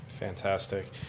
Fantastic